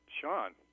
Sean